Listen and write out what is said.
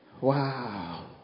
Wow